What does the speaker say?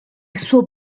suo